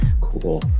Cool